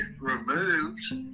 removed